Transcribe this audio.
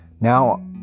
Now